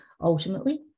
ultimately